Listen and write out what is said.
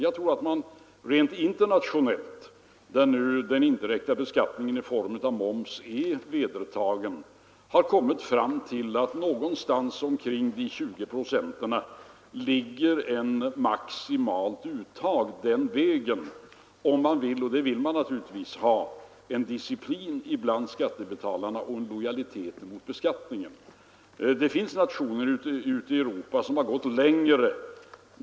Jag tror att man rent internationellt, där nu den indirekta beskattningen i form av moms är vedertagen, har kommit fram till att någonstans omkring 20 procent ligger ett maximalt uttag den vägen om man vill — och det vill man naturligtvis — ha disciplin bland skattebetalarna och lojalitet mot beskattningen. Det finns nationer ute i Europa som har gått längre.